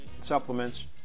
supplements